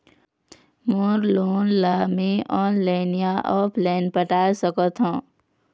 मोर loan ला मैं online या ऑफलाइन पटाए सकथों?